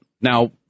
Now